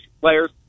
players